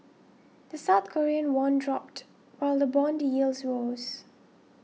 the South Korean won dropped while the bond yields rose